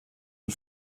and